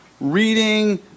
reading